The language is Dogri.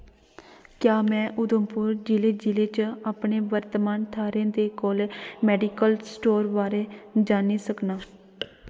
क्या में उधमपुर जि'ले जि'ले च अपने वर्तमान थाह्रै दे कोल मैडिकल स्टोर बारै जानी सकनां